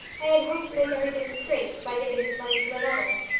i had hoped to make everything straight by giving his money to another.